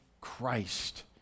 Christ